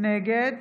נגד